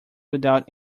without